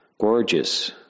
gorgeous